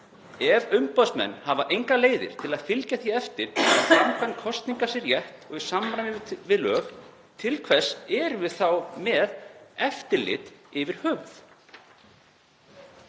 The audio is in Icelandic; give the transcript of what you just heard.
Ef umboðsmenn hafa engar leiðir til að fylgja því eftir hvort framkvæmd kosninga sé rétt og í samræmi við lög, til hvers erum við þá með eftirlit yfir höfuð?